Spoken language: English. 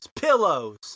pillows